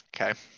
Okay